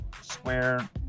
square